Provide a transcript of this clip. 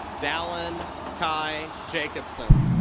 dalon khai jacobsen.